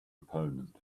opponent